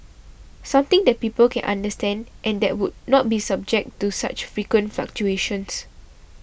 something that people can understand and that would not be subject to such frequent fluctuations